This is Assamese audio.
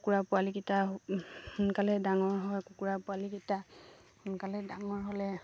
কুকুৰা পোৱালিকেইটা সোনকালেই ডাঙৰ হয় কুকুৰা পোৱালিকেইটা সোনকালে ডাঙৰ হ'লে